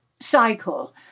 cycle